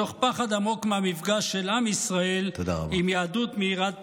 מתוך פחד עמוק מהמפגש של עם ישראל עם יהדות מאירת פנים.